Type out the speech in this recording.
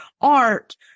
art